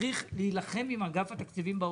צריך להילחם עם אגף התקציבים באוצר.